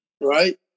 right